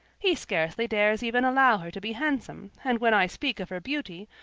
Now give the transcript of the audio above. he scarcely dares even allow her to be handsome, and when i speak of her beauty,